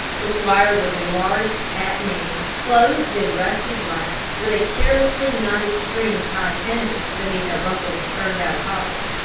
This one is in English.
the squire was a large, fat man, clothed in rusty black, with a carelessly knotted string tie pendent beneath a rumpled turn-down collar.